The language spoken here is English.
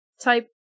type